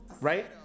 Right